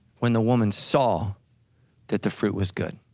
when the woman saw that the fruit was good.